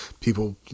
people